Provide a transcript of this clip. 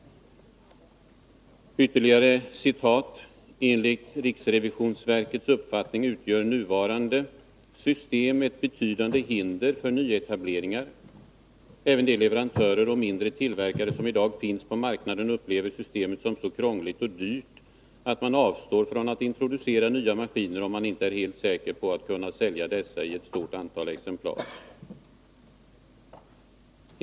Ytterligare ett citat: ”Enligt RRVs uppfattning utgör nuvarande typbesiktningssystem ett betydande hinder för nyetableringar. Även de leverantörer och mindre tillverkare som idag finns på marknaden upplever systemet som så krångligt och dyrt, att man avstår från att introducera nya maskiner om man inte är helt säker på att kunna sälja dessa i ett stort antal exemplar.